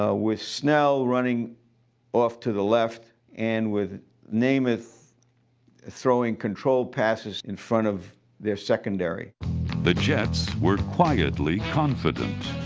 ah with snell running off to the left and with namath throwing control passes in front of their secondary. narrator the jets were quietly confident.